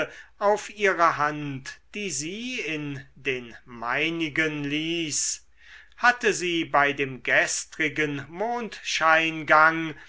auf ihre hand die sie in den meinigen ließ hatte sie bei dem gestrigen